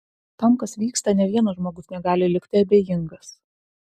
tam kas vyksta nė vienas žmogus negali likti abejingas